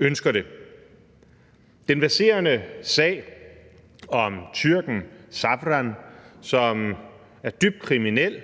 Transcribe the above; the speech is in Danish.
ønsker. Den verserende sag om tyrken Savran, som er dybt kriminel,